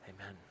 Amen